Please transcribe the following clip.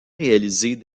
réaliser